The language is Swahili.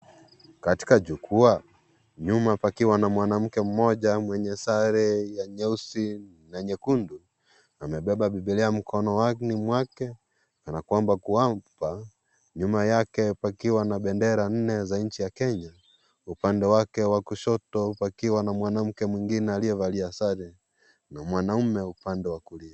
Katika jukwaa, nyuma pakiwa na mwanamke mmoja mwenye sare ya nyeusi na nyekundu . Amebeba bibilia mkononi mwake kana kwamba Kuapa nyuma yake pakiwa na bendera nne za nji ya Kenya ,upande wake wa kushoto pakiwa na mwanamke mwingine aliyevalia sare na mwanaume upande wa kulia.